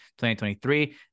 2023